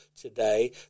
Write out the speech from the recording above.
today